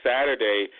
Saturday